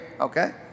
Okay